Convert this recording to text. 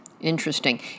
Interesting